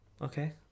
Okay